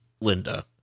Linda